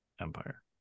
Empire